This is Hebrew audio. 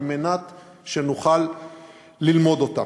על מנת שנוכל ללמוד אותם.